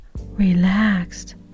relaxed